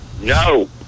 No